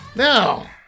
Now